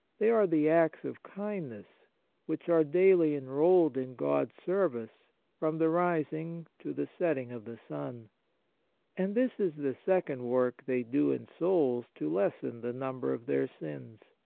they are the acts of kindness which are daily enrolled in god's service from the rising to the setting of the sun and this is the second work they do in souls to lessen the number of their sins.